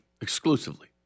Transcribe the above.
exclusively